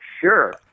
sure